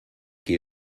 qui